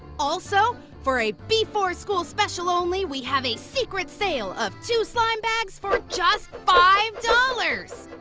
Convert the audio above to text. also, for a before school special only, we have a secret sale of two slime bags for just five dollars!